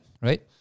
Right